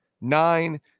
nine